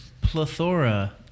plethora